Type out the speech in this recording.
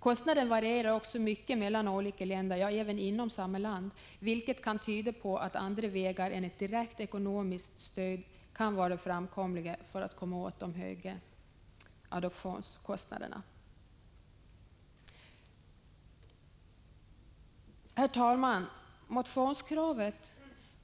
Kostnaden varierar mycket mellan olika länder, ja, även inom samma land, vilket kan tyda på att andra vägar än ett direkt ekonomiskt stöd kan vara framkomliga för att komma åt de höga adoptionskostnaderna. Herr talman! Motionskravet